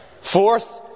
Fourth